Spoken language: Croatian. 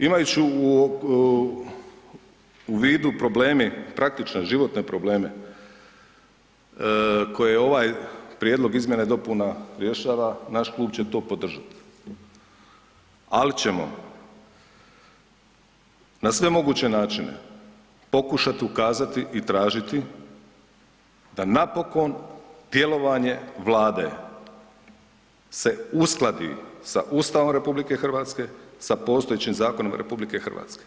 Imajući u vidu probleme, praktične životne probleme koje ovaj prijedlog izmjena i dopuna rješava naš klub će to podržat, al ćemo na sve moguće načine pokušat ukazati i tražiti da napokon djelovanje Vlade se uskladi sa Ustavom RH sa postojećim zakonom RH.